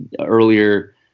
earlier